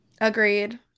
agreed